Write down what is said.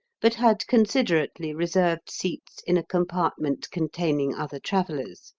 but had considerately reserved seats in a compartment containing other travellers,